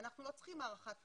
אנחנו לא צריכים ארכת מועד.